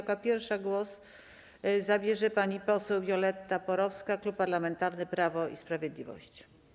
Jako pierwsza głos zabierze pani poseł Violetta Porowska, Klub Parlamentarny Prawo i Sprawiedliwość.